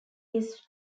his